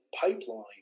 pipeline